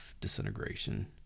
Disintegration